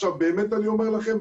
עכשיו באמת אני אומר לכם,